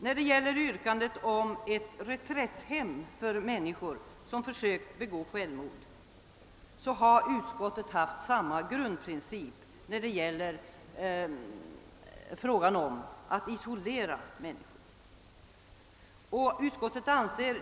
När det gäller yrkandet om ett reträtthem för människor som försökt begå självmord har utskottet haft samma grundprincip beträffande lämpligheten av en isolering av människor.